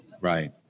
Right